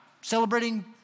celebrating